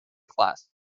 class